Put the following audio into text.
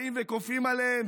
באים וכופים עליהם,